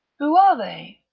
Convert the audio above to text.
who are they?